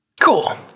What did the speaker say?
Cool